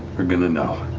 we're going to know.